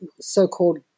so-called